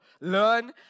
learn